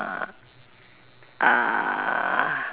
err